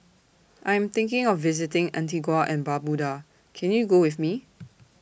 I'm thinking of visiting Antigua and Barbuda Can YOU Go with Me